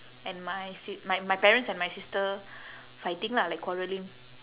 and my si~ my my parents and my sister fighting lah like quarrelling